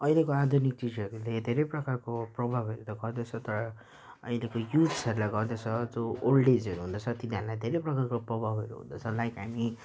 अहिलेको आधुनिक चिजहरूले धेरै प्रकारको प्रभावहरू त गर्दछ तर अहिलेको युथ्सहरूलाई गर्दछ त्यो ओल्ड एजहरू हुँदछ तिनीहरूलाई धेरै प्रकारको प्रभावहरू हुँदछ लाइक हामी